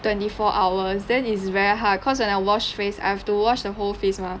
twenty four hours then it's very hard cause when I wash face I have to wash the whole face mah